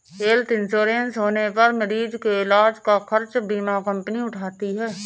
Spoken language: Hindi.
हेल्थ इंश्योरेंस होने पर मरीज के इलाज का खर्च बीमा कंपनी उठाती है